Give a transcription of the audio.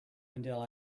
until